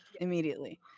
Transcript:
immediately